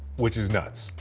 which is nuts.